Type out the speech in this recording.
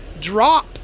drop